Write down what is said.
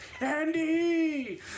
Andy